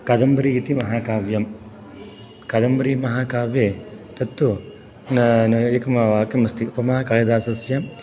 कादम्बरी इति महाकाव्यं कादम्बरी महाकाव्ये तत्तु एकं वाक्यमस्ति उपमा कालिदासस्य